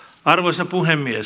arvoisa puhemies